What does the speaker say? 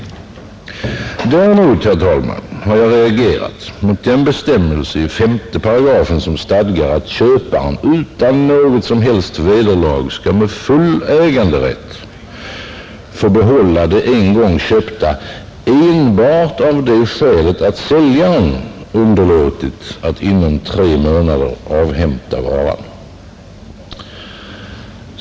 Däremot, herr talman, har jag reagerat mot den bestämmelse i 5 § som stadgar att köparen utan något som helst vederlag skall med full äganderätt få behålla det en gång köpta enbart av det skälet att köparen underlåtit att inom tre månader avhämta varan.